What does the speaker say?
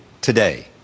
today